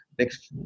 next